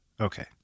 Okay